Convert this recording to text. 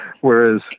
whereas